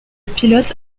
pilote